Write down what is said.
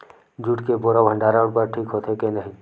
Jute के बोरा भंडारण बर ठीक होथे के नहीं?